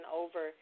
over